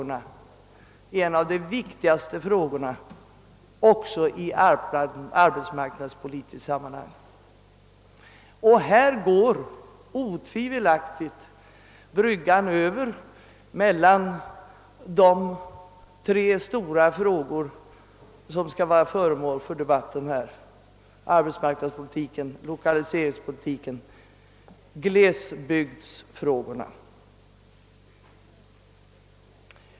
Den är en av de viktigaste frågorna också i arbetsmarknadspolitiskt sammanhang och den kopplar otvivelaktigt samman de tre stora spörsmål, som nu skall vara föremål för debatt, nämligen arbetsmarknadspolitiken, 1okaliseringspolitiken och glesbygdsfrågorna.